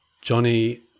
johnny